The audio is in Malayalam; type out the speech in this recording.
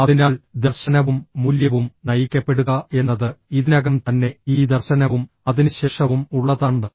അതിനാൽ ദർശനവും മൂല്യവും നയിക്കപ്പെടുക എന്നത് ഇതിനകം തന്നെ ഈ ദർശനവും അതിനുശേഷവും ഉള്ളതാണ്